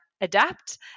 adapt